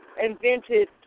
invented